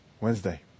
Wednesday